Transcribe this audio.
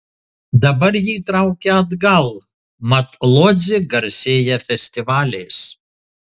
dabar jį traukia atgal mat lodzė garsėja festivaliais